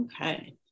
Okay